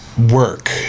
Work